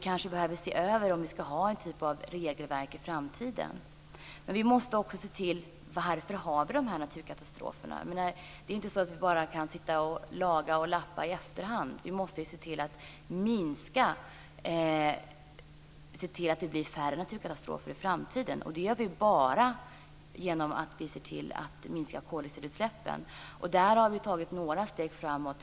Kanske behöver vi se över om vi i framtiden ska ha en typ regelverk här. Vi måste också se till orsakerna till dessa naturkatastrofer. Vi kan ju inte bara lappa och laga i efterhand, utan vi måste också se till att det i framtiden blir färre naturkatastrofer. Detta kan vi göra enbart genom att se till att koldoxidutsläppen minskar. Där har vi i årets budget tagit några steg framåt.